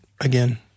again